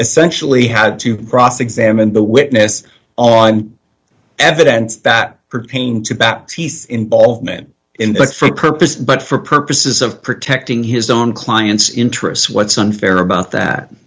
essentially had to cross examine the witness on evidence that pertaining to bat piece involvement in this for the purpose but for purposes of protecting his own client's interests what's unfair about that